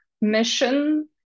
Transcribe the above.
mission